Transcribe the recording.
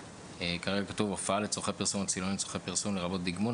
כרגע כתוב: "הופעה לצורכי פרסום או צילומים לצורכי פרסום לרבות דגמון".